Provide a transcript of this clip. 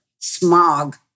smog